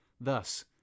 Thus